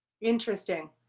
interesting